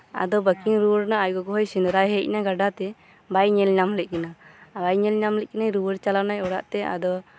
ᱟᱫᱚ ᱵᱟᱹᱠᱤᱱ ᱨᱩᱣᱟᱹᱲ ᱱᱟ ᱟᱡᱜᱚᱜᱚ ᱦᱚᱸ ᱥᱮᱸᱫᱨᱟᱭ ᱦᱮᱡᱱᱟ ᱜᱟᱰᱟ ᱛᱮ ᱵᱟᱭ ᱧᱮᱞ ᱧᱟᱢ ᱞᱮᱫ ᱠᱤᱱᱟᱹ ᱵᱟᱭ ᱧᱮᱞᱧᱟᱢ ᱞᱮᱫᱠᱤᱱᱟᱹ ᱨᱩᱣᱟᱹᱲ ᱪᱟᱞᱟᱣᱮᱱᱟᱭ ᱚᱲᱟᱜ ᱛᱮ ᱟᱫᱚ